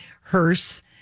hearse